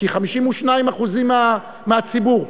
כי הן 52% מהציבור.